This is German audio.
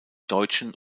deutschen